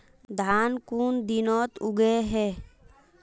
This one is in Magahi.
धान कुन दिनोत उगैहे